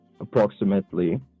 approximately